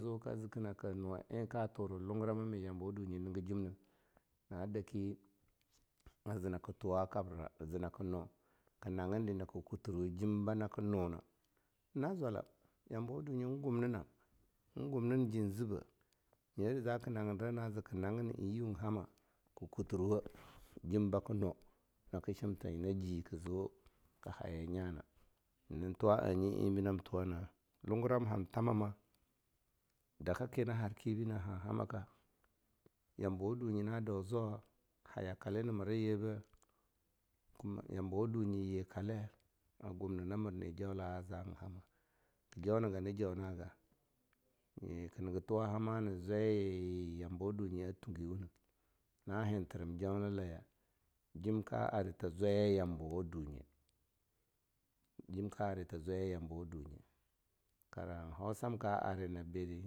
Zu ka ziki naka nuwa eh ka tura lunguramai yambawa dunyi nigi jimna na daki zena naka tuwa kabra, zenaka no, ka haggin di ze naka kutir wujim bana ki nuna, na zwalam yambawa dunyi en gumnimam, en gumnain jin zibeh, nyeri zaka nagindira na, ka nagin in yiu hama, ka kutirwo jim baka no, nawa shim ta nyina ji ka zuka haya nyana. Nyina tuwa a nyi eh nam tuwa na, lunguram han thamama, daka ki na na har kibi na hon hamaka yamabawa dunyi na dau zwawa ha yakale na mira yebeh, tambawa dunyi yi kale a gumnina mir ne jaula'a a za in hama, ka joniga na jonaga yeka niga tuwa hama, ye ka niga tuwa hama na zwaiya ye yi yambawa dunyi a timgi wuneh, na hintiram jaulaye jim ka arta zwaya yambawa dinyi, jim ka arta zwaya yambawa dinyi, kara hausam ka arina bidi.